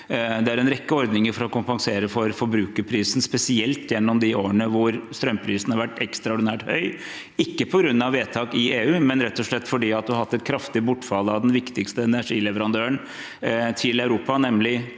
Det er en rekke ordninger for å kompensere for forbrukerprisen, spesielt gjennom de årene hvor strømprisen har vært ekstraordinært høy. Det er ikke på grunn av vedtak i EU, men rett og slett fordi man har hatt et kraftig bortfall av den viktigste energileverandøren til Europa, nemlig